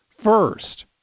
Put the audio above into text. First